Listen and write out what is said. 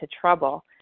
trouble